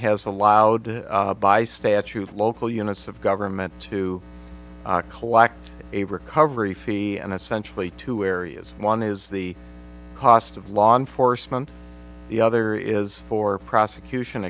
has allowed by statute local units of government to collect a recovery fee and essentially two areas one is the cost of law enforcement the other is for prosecution